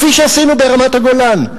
כפי שעשינו ברמת-הגולן,